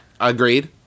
Agreed